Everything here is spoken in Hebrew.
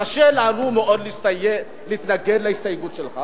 קשה לנו מאוד להתנגד להסתייגות שלך,